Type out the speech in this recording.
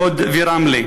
לוד ורמלה.